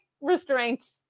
restraint